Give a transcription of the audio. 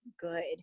good